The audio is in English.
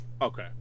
Okay